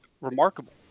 remarkable